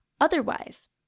Otherwise